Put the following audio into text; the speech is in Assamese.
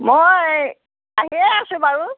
মই আহিয়েই আছোঁ বাৰু